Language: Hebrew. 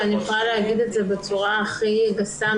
ואני יכולה להגיד את זה בצורה הכי גסה,